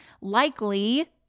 likely